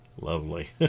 Lovely